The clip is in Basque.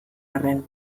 arren